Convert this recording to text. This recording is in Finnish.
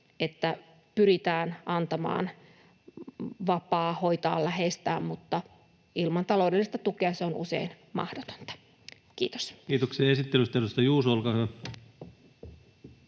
että pyritään antamaan vapaa hoitaa läheistään, mutta ilman taloudellista tukea se on usein mahdotonta. — Kiitos. [Speech 75] Speaker: